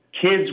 kids